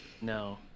No